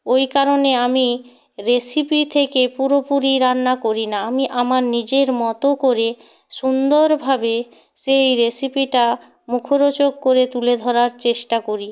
ওই কারণে আমি রেসিপি থেকে পুরোপুরি রান্না করি না আমি আমার নিজের মতো করে সুন্দরভাবে সেই রেসিপিটা মুখরোচক করে তুলে ধরার চেষ্টা করি